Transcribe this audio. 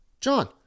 john